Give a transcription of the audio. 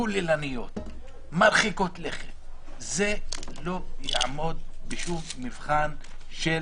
כוללניות, מרחיקות לכת, זה לא יעמוד בשום מבחן של